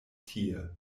tie